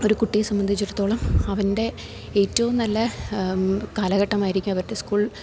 ഒരു കുട്ടിയെ സംബന്ധിച്ചിടത്തോളം അവൻ്റെ ഏറ്റവും നല്ല കാലഘട്ടമായിരിക്കും അവരുടെ സ്കൂൾ